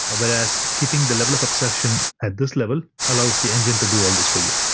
whereas, keeping the level of abstraction at this level allows the engine to do all this for you.